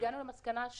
והגענו למסקנה,